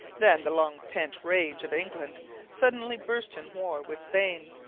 then the long-pent rage of england suddenly burst in war with spain.